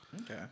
Okay